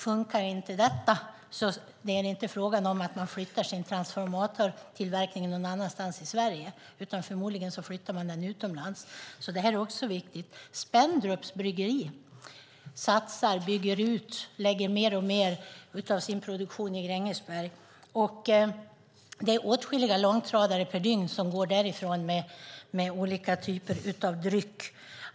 Funkar inte detta flyttar man inte sin transformatortillverkning någon annanstans i Sverige, utan förmodligen flyttar man den utomlands. Så det här är viktigt. Spendrups Bryggeri bygger ut och lägger mer och mer av sin produktion i Grängesberg. Det är åtskilliga långtradare per dygn som går därifrån med olika typer av dryck.